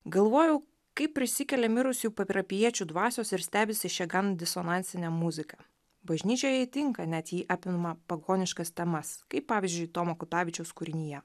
galvojau kaip prisikelia mirusių parapijiečių dvasios ir stebisi šia gan disonansine muzika bažnyčioje ji tinka net jei apima pagoniškas temas kaip pavyzdžiui tomo kutavičiaus kūrinyje